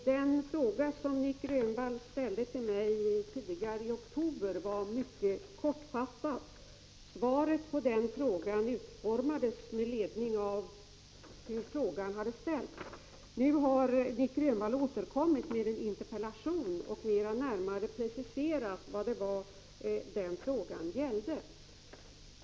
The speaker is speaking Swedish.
Fru talman! Den fråga som Nic Grönvall ställde till mig tidigare, i oktober, var mycket kortfattad. Svaret på den frågan utformades med ledning av hur frågan hade ställts. Nu har Nic Grönvall återkommit med en interpellation och närmare preciserat vad det var den frågan gällde.